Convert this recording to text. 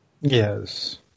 Yes